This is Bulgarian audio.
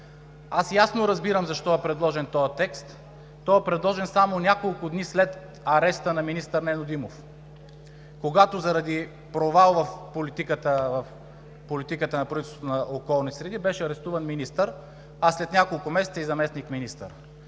Аз ясно разбирам защо е предложен този текст. Той е предложен само няколко дни след ареста на министър Нено Димов, когато заради провал в политиката на правителството по околна среда беше арестуван министър, а след няколко месеца и заместник-министър.